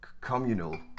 communal